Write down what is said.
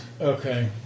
Okay